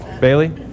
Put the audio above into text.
Bailey